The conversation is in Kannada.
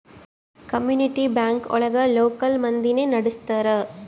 ಕಮ್ಯುನಿಟಿ ಬ್ಯಾಂಕ್ ಒಳಗ ಲೋಕಲ್ ಮಂದಿನೆ ನಡ್ಸ್ತರ